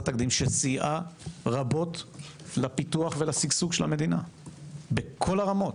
תקדים שסייע רבות לפיתוח ולשגשוג של המדינה בכל הרמות.